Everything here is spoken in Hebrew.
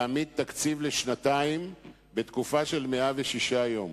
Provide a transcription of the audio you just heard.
להעמיד תקציב לשנתיים בתקופה של 106 יום.